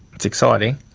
it's exciting,